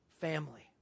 family